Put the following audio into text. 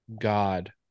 God